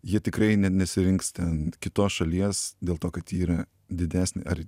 jie tikrai ne nesirinks ten kitos šalies dėl to kad ji yra didesnė ar